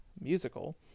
musical